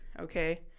okay